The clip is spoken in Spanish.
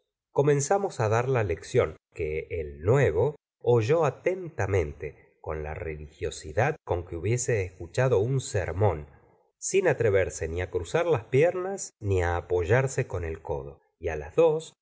comenzamos dar la lección que el nuevo oyó atentamente con la religiosidad con que hubiese escuchado un sermón sinatreverse ni cruzar las piernas ni á apoyarse con el codo y é las dos